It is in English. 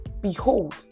Behold